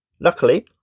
Luckily